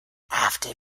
after